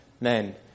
men